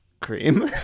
Cream